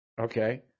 Okay